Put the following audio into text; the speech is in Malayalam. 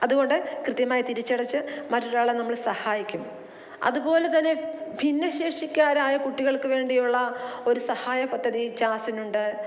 അതുകൊണ്ട് കൃത്യമായി തിരിച്ചടച്ച് മറ്റൊരാളെ നമ്മൾ സഹായിക്കും അതുപോലെ തന്നെ ഭിന്ന ശേഷിക്കാരായ കുട്ടികൾക്ക് വേണ്ടിയുള്ള ഒരു സഹായ പദ്ധതി ചാസ്സിനുണ്ട്